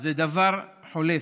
זה דבר חולף.